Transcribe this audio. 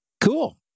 Cool